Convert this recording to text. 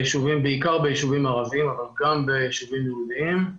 בעיקר בישובים ערבים אבל גם בישובים יהודיים.